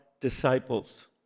disciples